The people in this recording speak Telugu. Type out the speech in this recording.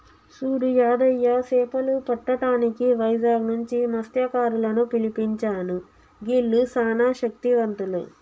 సూడు యాదయ్య సేపలు పట్టటానికి వైజాగ్ నుంచి మస్త్యకారులను పిలిపించాను గీల్లు సానా శక్తివంతులు